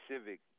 civic